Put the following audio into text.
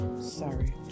Sorry